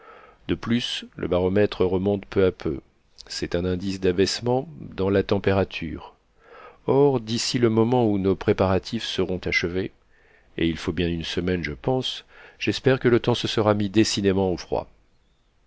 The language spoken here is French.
de plus le baromètre remonte peu à peu c'est un indice d'abaissement dans la température or d'ici le moment où nos préparatifs seront achevés et il faut bien une semaine je pense j'espère que le temps se sera mis décidément au froid